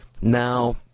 Now